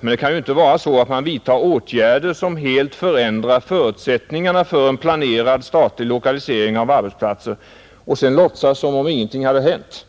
Men det kan ju inte vara så, att man vidtar åtgärder som helt förändrar förutsättningarna för en planerad statlig lokalisering av arbetsplatser och sedan låtsas som om ingenting hade hänt.